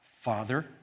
Father